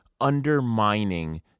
undermining